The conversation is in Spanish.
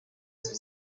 ser